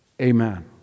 Amen